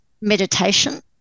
meditation